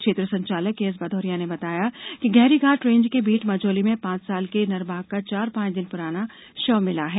क्षेत्र संचालक केएस भदौरिया ने बताया कि गहरीघाट रेंज के बीट मझौली में पांच साल के नर बाघ का चार पांच दिन प्राना शव मिला है